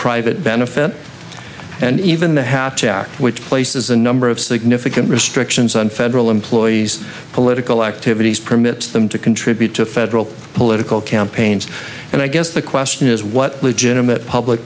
private benefit and even the hatch act which places a number of significant restrictions on federal employees political activities permits them to contribute to federal political campaigns and i guess the question is what legitimate public